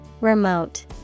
Remote